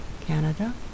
Canada